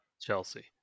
Chelsea